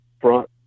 front